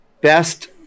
best